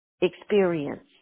experience